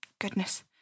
goodness